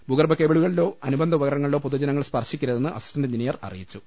ഭൂഗർഭ കേബിളു കളിലോ അനുബന്ധ ഉപകരണങ്ങളിലോ പൊതു ജനങ്ങൾ സ് പർശിക്കരു തെന്ന് അസിസ്റ്റന്റ് എഞ്ചി നീയർ അറിയിച്ചു